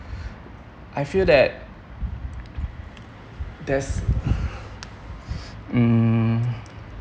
I feel that there's mm